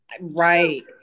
Right